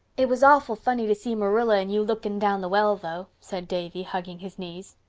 it was awful funny to see marilla and you looking down the well, though, said davy, hugging his knees.